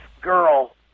girl